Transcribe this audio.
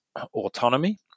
autonomy